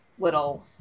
Little